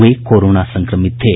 वे corona संक्रमित थे